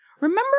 Remember